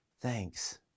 Thanks